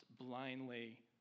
blindly